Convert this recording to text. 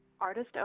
Artist